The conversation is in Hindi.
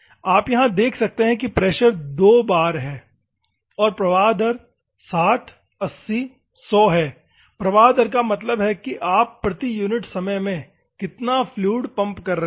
आप यहां देख सकते हैं कि प्रेशर 2 बार है और प्रवाह दर 60 80 100 है और प्रवाह दर का मतलब है कि आप प्रति यूनिट समय में कितना फ्लूइड पंप कर रहे हैं